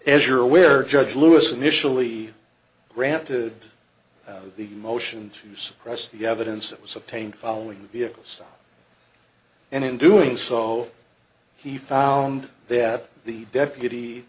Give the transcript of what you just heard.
as you're aware judge lewis initially granted the motion to suppress the evidence that was obtained following vehicles and in doing so he found that the deputy